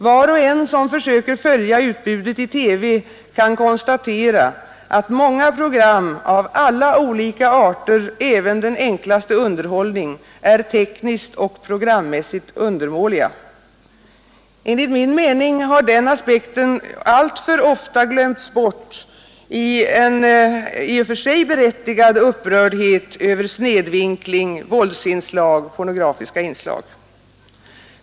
Var och en som försöker följa utbudet i TV kan konstatera att många program av olika arter, även den enklaste underhållning, är tekniskt och programmässigt undermåliga. Enligt min mening har den aspekten alltför ofta glömts bort i en i och för sig berättigad upprördhet över snedvinkling, våldsinslag, pornografiska inslag.